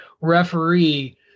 referee